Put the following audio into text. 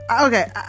Okay